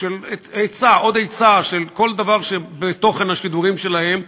עוד היצע של כל דבר שבתוכן השידורים שלהם,